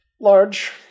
large